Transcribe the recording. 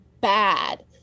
bad